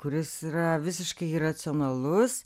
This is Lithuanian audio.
kuris yra visiškai iracionalus